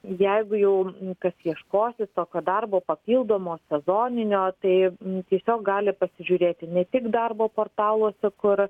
jeigu jau kas ieškosis tokio darbo papildomo sezoninio tai tiesiog gali pasižiūrėti ne tik darbo portaluose kur